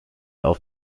auf